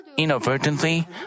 inadvertently